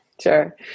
Sure